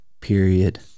period